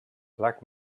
black